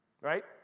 Right